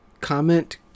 Comment